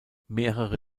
mehrere